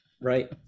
Right